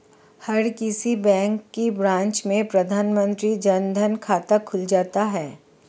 हर किसी बैंक की ब्रांच में प्रधानमंत्री जन धन खाता खुल जाता है